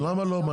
למה לא?